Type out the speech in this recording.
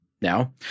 now